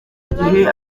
gihe